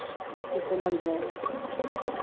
फिर तो लग जाएगा